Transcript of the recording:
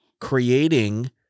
creating